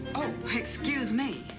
oh, excuse me.